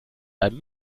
einem